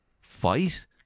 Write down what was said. fight